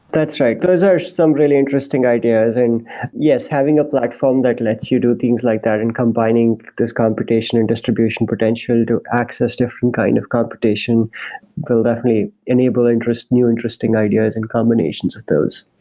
that's right. those are some really interesting ideas. and yes, having a platform that lets you do things like that and combining this computation and distribution potential to access different kind of computation will definitely enable new interesting ideas and combinations of those.